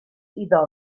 iddo